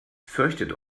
fürchtet